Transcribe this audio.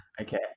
Okay